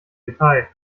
detail